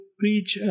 preach